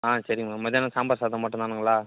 ஆ சரிங்க மேம் மத்தியானம் சாம்பார் சாதம் மட்டும்தானுங்களா